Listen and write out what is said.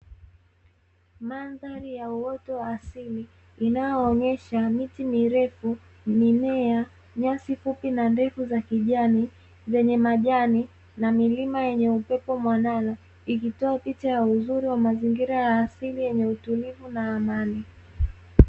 Mandhari ya uoto wa asili, inayoonyesha miti mirefu, mimea, nyasi fupi na ndefu za kijani zenye majani na milima yenye upepo mwanana, ikitoa picha ya uzuri wa mazingira ya asili yenye utulivu na amani.